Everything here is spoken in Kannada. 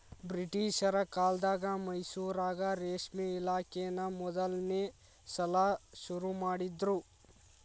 ಬ್ರಿಟಿಷರ ಕಾಲ್ದಗ ಮೈಸೂರಾಗ ರೇಷ್ಮೆ ಇಲಾಖೆನಾ ಮೊದಲ್ನೇ ಸಲಾ ಶುರು ಮಾಡಿದ್ರು